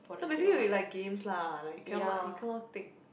so basically we like games lah like cannot you cannot take